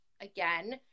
again